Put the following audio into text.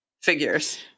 figures